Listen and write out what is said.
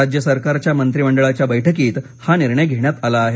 राज्य सरकारच्या मंत्रिमंडळाच्या बैठकीत हा निर्णय घेण्यात आला आहे